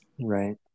Right